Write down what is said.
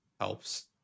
helps